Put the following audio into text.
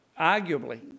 Arguably